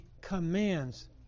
commands